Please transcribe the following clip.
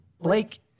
Blake